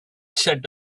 shut